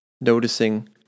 Noticing